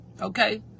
Okay